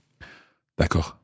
D'accord